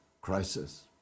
Crisis